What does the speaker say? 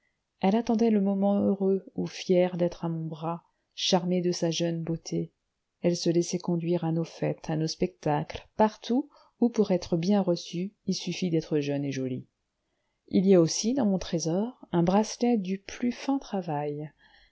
elle attendait le moment heureux où fière d'être à mon bras charmée de sa jeune beauté elle se laissait conduire à nos fêtes à nos spectacles partout où pour être bien reçue il suffit d'être jeune et jolie il y a aussi dans mon trésor un bracelet du plus fin travail